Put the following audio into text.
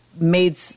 made